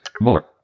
more